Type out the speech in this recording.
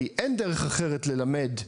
כי אין דרך אחרת ללמד,